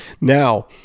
Now